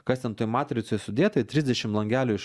kas ten toj matricoj sudėta į trisdešim langelių iš